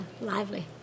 lively